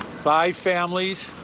five families.